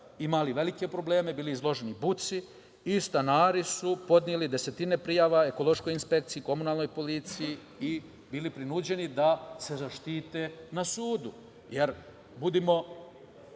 imali velike probleme, bili izloženi buci. Stanari su podneli desetine prijava ekološkoj inspekciji, komunalnoj policiji i bili prinuđeni da se zaštite na sudu. Jer, ako